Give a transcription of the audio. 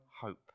hope